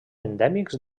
endèmics